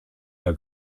der